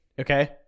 okay